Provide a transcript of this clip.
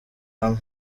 hamwe